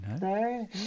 no